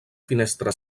finestra